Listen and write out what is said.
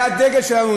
זה הדגל שלנו,